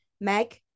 Meg